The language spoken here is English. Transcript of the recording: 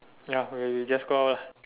ya we just go out lah